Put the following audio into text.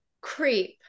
creep